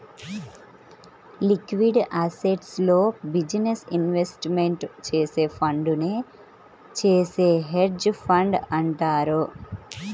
liquid అసెట్స్లో business investment చేసే ఫండునే చేసే హెడ్జ్ ఫండ్ అంటారు